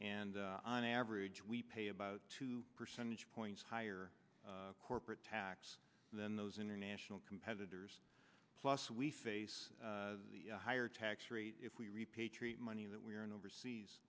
and on average we pay about two percentage points higher corporate tax than those international competitors plus we face a higher tax rate if we repatriate money that we are in overseas